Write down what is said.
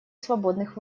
свободных